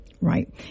Right